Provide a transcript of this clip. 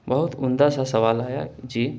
بہت عمدہ سا سوال آیا جی